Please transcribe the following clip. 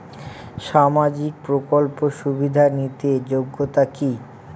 সামাজিক প্রকল্প সুবিধা নিতে যোগ্যতা কি?